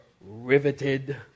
riveted